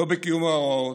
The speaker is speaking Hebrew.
לא בקיום ההוראות,